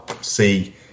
see